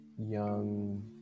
young